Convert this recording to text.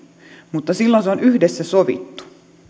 mutta silloin se on yhdessä sovittu